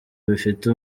bifite